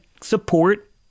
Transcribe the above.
support